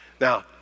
Now